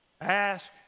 Ask